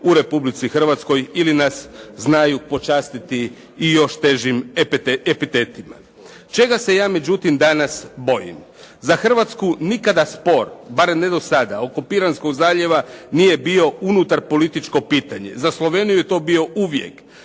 u Republici Hrvatskoj ili nas znaju počastiti i još težim epitetima. Čega se ja danas međutim bojim? Za Hrvatsku nikada spor, barem ne do sada, oko Piranskog zaljeva nije bio unutar političko pitanje. Za Sloveniju je to bio uvije.